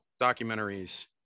documentaries